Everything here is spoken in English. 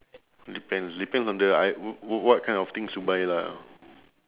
depends depends on the i~ w~ what kind of things you buy lah